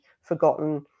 forgotten